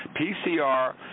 PCR